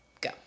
Go